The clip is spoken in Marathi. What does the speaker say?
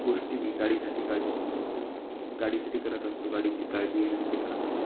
गोष्टी मी गाडीसाठी काळजी गाडीसाठी करत असतो गाडीची काळजी घेण्यासाठी करत असतो